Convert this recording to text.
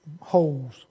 holes